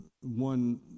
one